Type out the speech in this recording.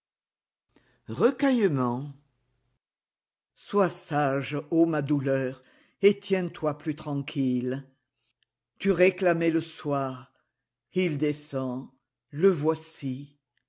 recueillement sois sage ô ma douleur et tiens-toi plus tranquille tu réclamais le soir il descend le voici